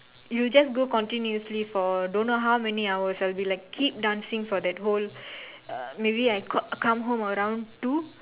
it will just go continuously for don't know how many hours I'll be like keep dancing for the whole uh maybe I come come home around two